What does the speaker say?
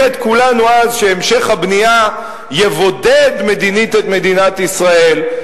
את כולנו אז שהמשך הבנייה יבודד מדינית את מדינת ישראל.